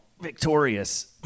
victorious